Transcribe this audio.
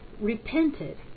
repented